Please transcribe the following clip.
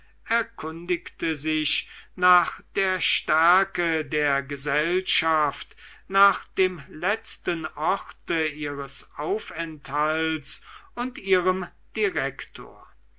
erkundigte sich nach der stärke der gesellschaft nach dem letzten orte ihres aufenthalts und ihrem direktor